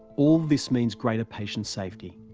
all this means greater patient safety.